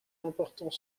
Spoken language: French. importants